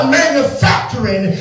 manufacturing